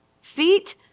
feet